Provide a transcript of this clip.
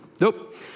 nope